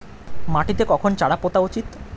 মাটিতে কখন চারা পোতা উচিৎ?